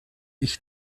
ich